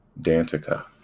Dantica